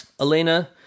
Elena